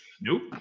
nope